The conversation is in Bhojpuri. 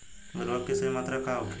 उर्वरक के सही मात्रा का होखे?